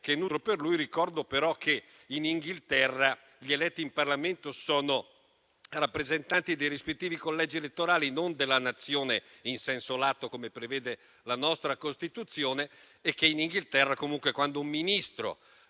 che nutro per lui, ricordo però che in Inghilterra gli eletti in Parlamento sono rappresentanti dei rispettivi collegi elettorali, non della Nazione in senso lato come prevede la nostra Costituzione. E ricordo che in Inghilterra, quando un Ministro